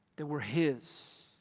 that we're his,